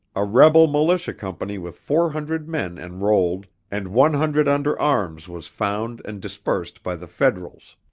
a rebel militia company with four hundred men enrolled and one hundred under arms was found and dispersed by the federals.